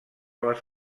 les